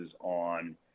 on